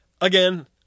again